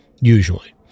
usually